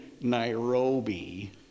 Nairobi